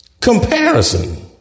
Comparison